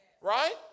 Right